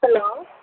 hello